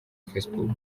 facebook